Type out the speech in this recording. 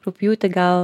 rugpjūtį gal